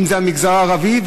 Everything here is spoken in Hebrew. אם המגזר הערבי,